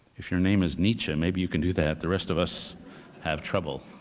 if your name is nietzsche, maybe you can do that. the rest of us have trouble.